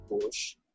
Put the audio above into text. push